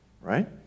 right